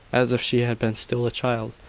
as if she had been still a child,